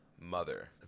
mother